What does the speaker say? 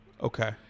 Okay